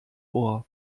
ohr